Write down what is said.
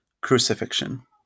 crucifixion